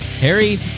Harry